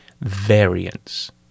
variance